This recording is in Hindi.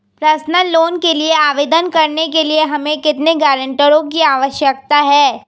पर्सनल लोंन के लिए आवेदन करने के लिए हमें कितने गारंटरों की आवश्यकता है?